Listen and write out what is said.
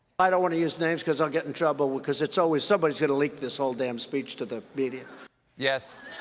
i don't want to use names, because i'll get in trouble because it's always someone's gonna leak this whole damn speech to the media. stephen yes.